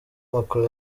macron